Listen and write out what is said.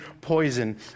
poison